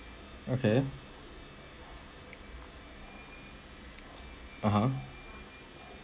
okay (uh huh)